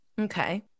Okay